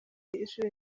inshuro